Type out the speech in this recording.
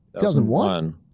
2001